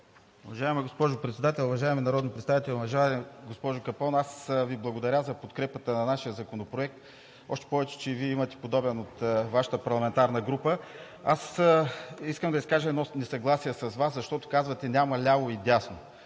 Уважаема госпожо Председател, уважаеми народни представители! Уважаема госпожо Капон, благодаря Ви за подкрепата на нашия законопроект, още повече че и Вие имате подобен от Вашата парламентарна група. Аз искам да изкажа едно несъгласие с Вас, защото казвате: „няма ляво и дясно“.